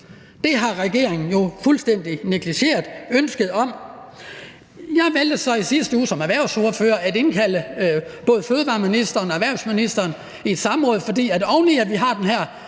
det har regeringen jo fuldstændig negligeret ønsket om. Jeg valgte så som erhvervsordfører at indkalde både fødevareministeren og erhvervsministeren til et samråd i sidste uge, for oven i at vi har den her